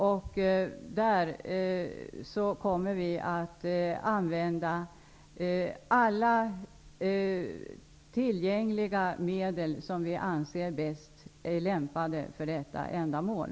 Vi kommer att använda alla tillgängliga medel som vi anser vara bäst lämpade för detta ändamål.